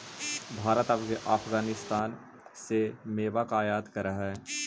भारत अफगानिस्तान से मेवा का आयात करअ हई